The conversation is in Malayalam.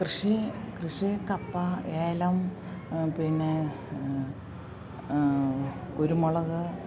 കൃഷി കൃഷി കപ്പ ഏലം പിന്നെ കുരുമുളക്